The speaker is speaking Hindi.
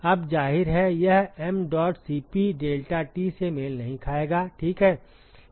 अब जाहिर है यह mdot Cp deltaT से मेल नहीं खाएगा ठीक है